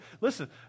Listen